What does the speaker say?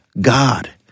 God